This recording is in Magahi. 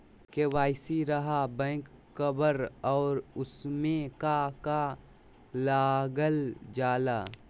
के.वाई.सी रहा बैक कवर और उसमें का का लागल जाला?